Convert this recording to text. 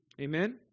Amen